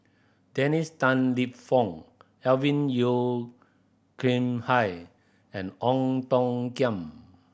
Dennis Tan Lip Fong Alvin Yeo Khirn Hai and Ong Tiong Khiam